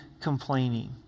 complaining